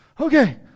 Okay